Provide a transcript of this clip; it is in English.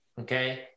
okay